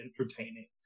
entertaining